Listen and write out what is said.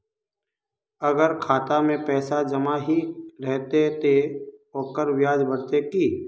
अगर खाता में पैसा जमा ही रहते ते ओकर ब्याज बढ़ते की?